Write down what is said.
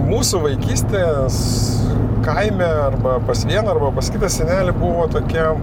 mūsų vaikystės kaime arba pas vieną arba pas kitą senelį buvo tokia